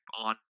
on